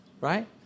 right